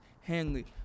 hanley